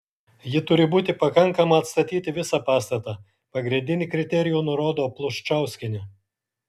ji turi būti pakankama atstatyti visą pastatą pagrindinį kriterijų nurodo pluščauskienė